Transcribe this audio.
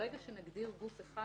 ברגע שנגדיר גוף אחד,